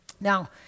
Now